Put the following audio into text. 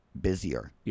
busier